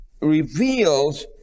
reveals